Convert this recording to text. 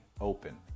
open